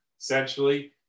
essentially